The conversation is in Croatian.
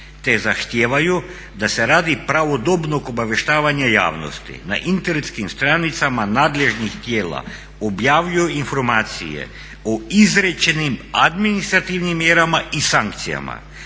te zahtijevaju da se radi pravodobnog obavještavanja javnosti na internetskim stranicama nadležnih tijela objavljuju informacije o izrečenim administrativnim mjerama i sankcijama